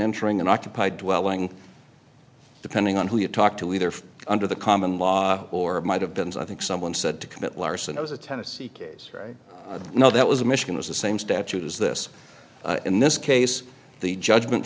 entering an occupied dwelling depending on who you talk to either under the common law or might have been as i think someone said to commit larceny was a tennessee case right now that was a michigan was the same statues this in this case the judgment